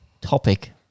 topic